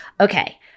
okay